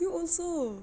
you also